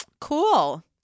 cool